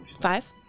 Five